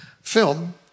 film